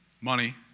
Money